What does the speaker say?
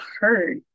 hurt